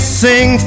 sing